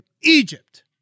Egypt